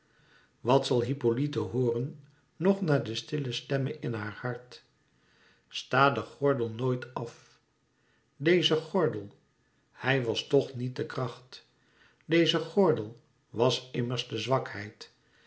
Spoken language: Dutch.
wat zal hippolyte hooren nog naar de stille stemme in haar hart sta den gordel nooit af deze gordel hij was toch niet de kracht deze gordel was immers de zwakheid